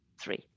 three